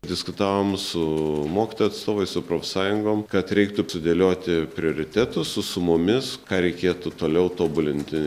diskutavom su mokytojų atstovais su profsąjungom kad reiktų sudėlioti prioritetus su sumomis ką reikėtų toliau tobulinti